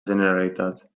generalitat